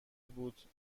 بود